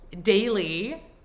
daily